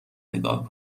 نگاه